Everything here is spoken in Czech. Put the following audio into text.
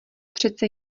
přece